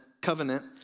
covenant